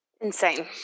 Insane